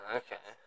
okay